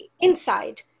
inside